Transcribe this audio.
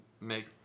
make